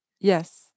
Yes